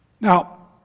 now